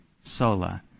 sola